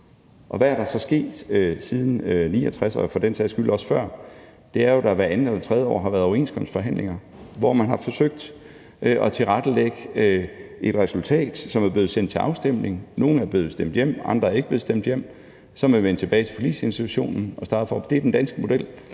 Og hvad er der så sket siden 1969 og for den sags skyld også før? Det er jo, at der hvert andet eller tredje år har været overenskomstforhandlinger, hvor man har forsøgt at tilrettelægge et resultat, som er blevet sendt til afstemning. Nogle er blevet stemt hjem, andre er ikke blevet stemt hjem. Så er man vendt tilbage til Forligsinstitutionen og er startet forfra. Det er den danske model.